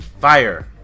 fire